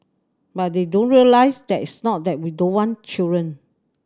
but they don't realise that it's not that we don't want children